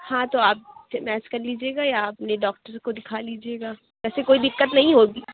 ہاں تو آپ پھر میچ کر لیجیے گا یا اپنے ڈاکٹر کو دکھا لیجیے گا ایسے کوئی دقت نہیں ہوگی